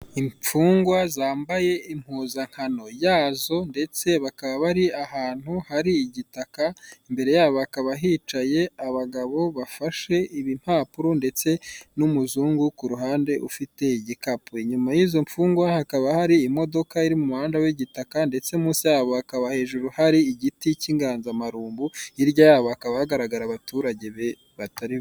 Imfungwa zambaye impuzankano yazo ndetse bakaba bari ahantu hari igitaka, imbere yabo hakaba hicaye abagabo bafashe impapuro, ndetse n'umuzungu kuruhande ufite igikapu. Inyuma y'izo mfungwa hakaba hari imodoka iri mu muhanda w'igitaka ndetse munsi yabo hakaba hejuru hari igiti cy'inganzamarumbo, hirya yabo hakaba hagaragara abaturage be batari.